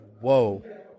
whoa